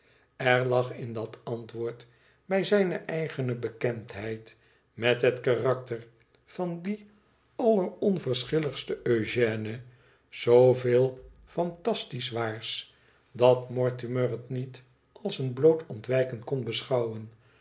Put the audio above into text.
r lag in dat antwoord bij zijne eigene bekendheid met het karakter van dien alleronverschilligsten ugène zooveel fantastisch waars dat mortimer het niet als een bloot ontwijken kon beschouwen